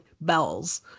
bells